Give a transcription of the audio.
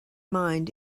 mind